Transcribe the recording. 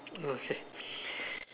okay